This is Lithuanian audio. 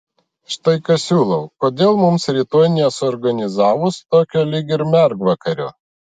štai ką siūlau kodėl mums rytoj nesuorganizavus tokio lyg ir mergvakario